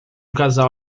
casal